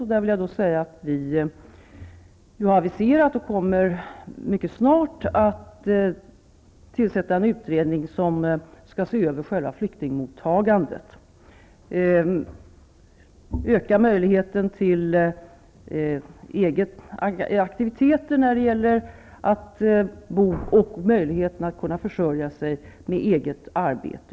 Vi har aviserat en utredning som skall se över själva flyktingmottagandet, och denna utredning kommer mycket snart att tillsättas. Frågor som skall tas upp är hur man kan förbättra flyktingarnas möjligheter att ta egna initiativ när det gäller boendet och att försörja sig med eget arbete.